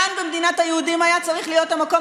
כאן במדינת היהודים היה צריך להיות המקום